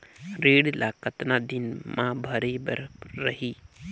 ऋण ला कतना दिन मा भरे बर रही?